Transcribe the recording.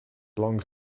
long